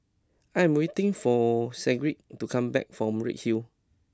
I am waiting for Sigrid to come back from Redhill